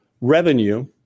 revenue